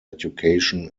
education